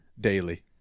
daily